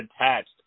attached